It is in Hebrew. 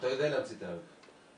אתה יודע להמציא תאריך,